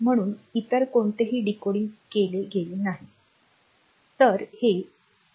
म्हणून इतर कोणतेही डीकोडिंग केले गेले नाही